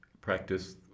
practice